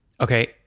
Okay